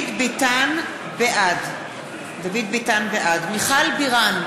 בעד מיכל בירן,